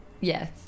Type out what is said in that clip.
Yes